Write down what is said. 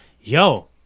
yo